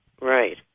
right